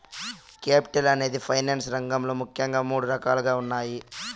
capital అనేది finance రంగంలో ముఖ్యంగా మూడు రకాలుగా ఉన్నాయి